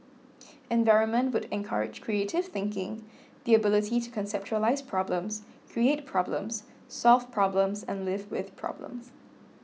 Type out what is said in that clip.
environment would encourage creative thinking the ability to conceptualise problems create problems solve problems and live with problems